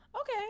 Okay